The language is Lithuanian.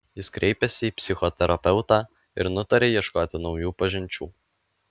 jis kreipėsi į psichoterapeutą ir nutarė ieškoti naujų pažinčių